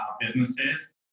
businesses